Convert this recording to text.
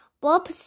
Bob